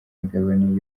imigabane